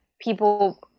people